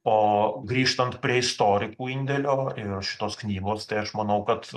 o grįžtant prie istorikų indėlio ir šitos knygos tai aš manau kad